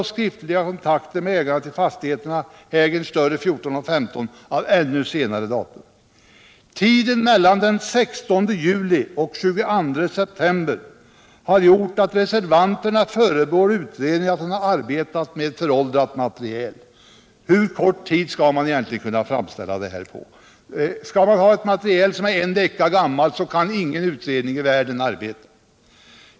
På hur kort tid skall man kunna lägga fram en sådan här utredning? Ingen utredning i världen kan arbeta med ett material som är en vecka gammalt.